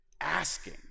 asking